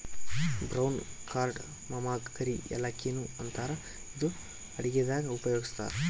brown ಕಾರ್ಡಮಮಗಾ ಕರಿ ಯಾಲಕ್ಕಿ ನು ಅಂತಾರ್ ಇದು ಅಡಗಿದಾಗ್ ಉಪಯೋಗಸ್ತಾರ್